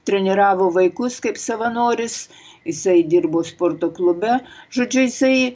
treniravo vaikus kaip savanoris jisai dirbo sporto klube žodžiu jisai